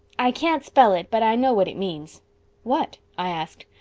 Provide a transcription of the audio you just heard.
i can't spell it but i know what it means what? i asked.